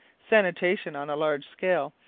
sanitation on a large scale,